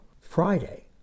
Friday